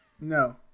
No